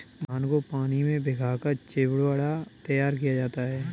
धान को पानी में भिगाकर चिवड़ा तैयार किया जाता है